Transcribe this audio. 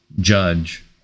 judge